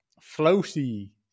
floaty